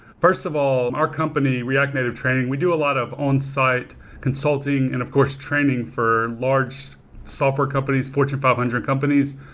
first of all, our company, react native training, we do a lot of on-site consulting and, of course, training for large software companies, fortune five hundred companies.